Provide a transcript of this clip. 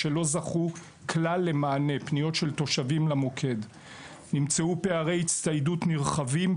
שלא זכו כלל למענה; נמצאו פערי הצטיידות נרחבים,